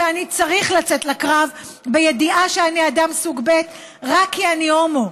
שאני צריך לצאת לקרב בידיעה שאני אדם סוג ב' רק כי אני הומו,